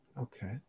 Okay